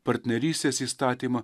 partnerystės įstatymą